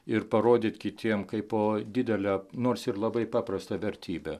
ir parodyt kitiem kaipo didelę nors ir labai paprastą vertybę